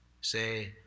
say